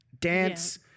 dance